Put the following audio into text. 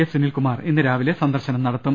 S Sunilkumar ഇന്ന് രാവിലെ സന്ദർശനം നട ത്തും